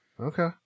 okay